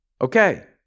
Okay